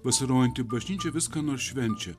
pasirodanti bažnyčia viską nors švenčia